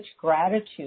gratitude